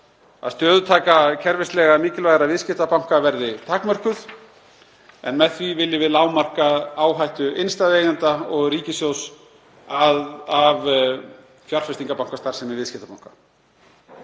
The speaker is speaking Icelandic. að stöðutaka kerfislega mikilvægra viðskiptabanka verði takmörkuð en með því viljum við lágmarka áhættu innstæðueigenda og ríkissjóðs af fjárfestingarbankastarfsemi viðskiptabankanna.